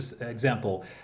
Example